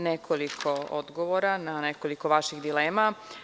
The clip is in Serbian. Nekoliko odgovora na nekoliko vašihdilema.